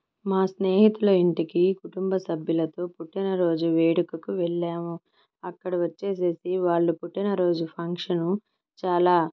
మా స్నేహితుల ఇంటికి కుటుంబ సభ్యులతో పుట్టినరోజు వేడుకకు వెళ్ళాము అక్కడ వచ్చేసేసి వాళ్ళ పుట్టినరోజు ఫంక్షను చాలా